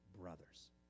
brothers